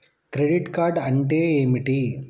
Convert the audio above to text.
Credit card అంటే ఏమిటి?